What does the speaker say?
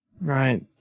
Right